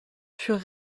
furent